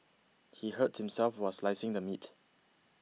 he hurt himself while slicing the meat